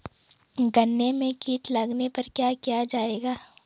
गन्ने में कीट लगने पर क्या किया जाये?